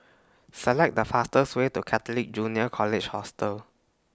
Select The fastest Way to Catholic Junior College Hostel